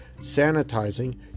Sanitizing